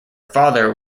father